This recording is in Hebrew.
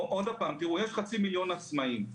יש חצי מיליון עצמאים,